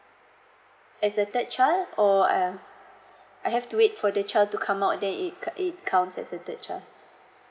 it's a third child or I'll I have to wait for the child to come out then it it counts as a third child